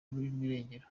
irengero